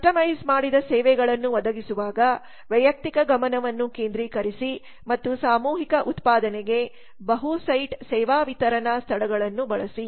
customise ಮಾಡಿದ ಸೇವೆಗಳನ್ನು ಒದಗಿಸುವಾಗ ವೈಯಕ್ತಿಕ ಗಮನವನ್ನು ಕೇಂದ್ರೀಕರಿಸಿ ಮತ್ತು ಸಾಮೂಹಿಕ ಉತ್ಪಾದನೆಗೆ ಬಹು ಸೈಟ್ ಸೇವಾ ವಿತರಣಾ ಸ್ಥಳಗಳನ್ನು ಬಳಸಿ